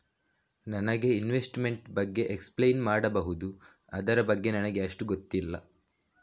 ನನಗೆ ಇನ್ವೆಸ್ಟ್ಮೆಂಟ್ ಬಗ್ಗೆ ಎಕ್ಸ್ಪ್ಲೈನ್ ಮಾಡಬಹುದು, ಅದರ ಬಗ್ಗೆ ನನಗೆ ಅಷ್ಟು ಗೊತ್ತಿಲ್ಲ?